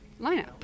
lineup